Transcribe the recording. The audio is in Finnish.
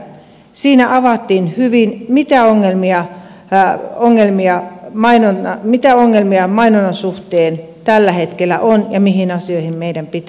siinä avattiin hyvin mitä ongelmia ja ongelmia maineen ja mitä ongelmia mainonnan suhteen tällä hetkellä on ja mihin asioihin meidän pitää puuttua